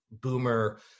boomer